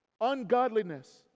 ungodliness